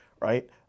right